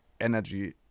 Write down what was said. energy